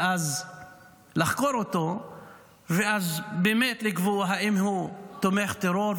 ואז לחקור אותו ואז באמת לקבוע אם הוא באמת תומך טרור,